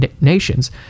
nations